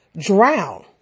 drown